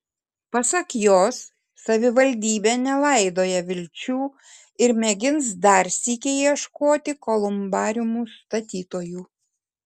pasak jos savivaldybė nelaidoja vilčių ir mėgins dar sykį ieškoti kolumbariumų statytojų